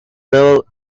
know